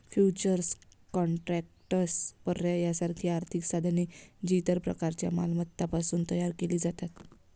futures contracts, पर्याय यासारखी आर्थिक साधने, जी इतर प्रकारच्या मालमत्तांपासून तयार केली जातात